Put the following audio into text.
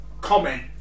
comment